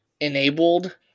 enabled